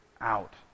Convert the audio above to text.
out